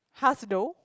though